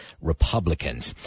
Republicans